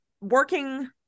working